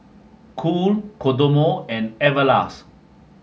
cool Kodomo and Everlast